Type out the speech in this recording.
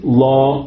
law